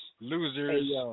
losers